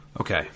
Okay